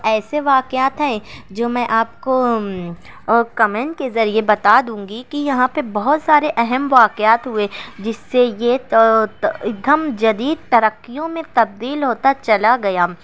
ایسے واقعات ہیں جو میں آپ کو اور کمینٹ کے ذریعہ بتا دوں گی کہ یہاں پہ بہت سارے اہم واقعات ہوئے جس سے یہ جدید ترقیوں میں تبدیل ہوتا چلا گیا